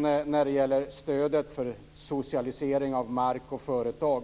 När det gäller stödet för socialisering av mark och företag